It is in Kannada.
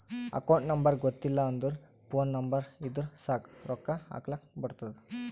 ಅಕೌಂಟ್ ನಂಬರ್ ಗೊತ್ತಿಲ್ಲ ಅಂದುರ್ ಫೋನ್ ನಂಬರ್ ಇದ್ದುರ್ ಸಾಕ್ ರೊಕ್ಕಾ ಹಾಕ್ಲಕ್ ಬರ್ತುದ್